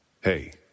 Hey